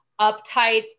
uptight